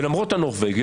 ולמרות הנורבגי,